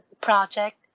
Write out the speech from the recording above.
project